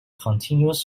continuous